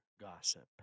Gossip